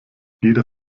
jeder